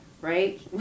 right